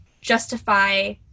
justify